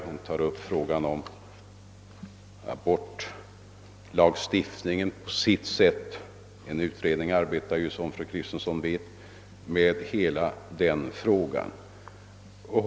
Hon tar upp frågan om abortlagstiftningen, ett spörsmål vilket, såsom fru Kristensson vet, för närvarande är föremål för behandling i en utredning.